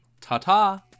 Ta-ta